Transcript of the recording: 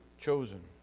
chosen